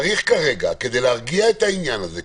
צריך כרגע כדי להרגיע את העניין הזה,